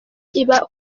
iba